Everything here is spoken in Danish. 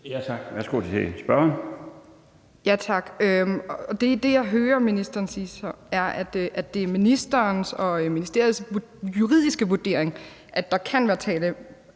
Brydensholt (ALT): Tak. Det, jeg så hører ministeren sige, er, at det er ministerens og ministeriets juridiske vurdering, at der kan være tale